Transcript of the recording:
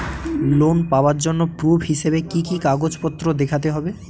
Loan পাওয়ার জন্য proof হিসেবে কি কি কাগজপত্র দেখাতে হবে?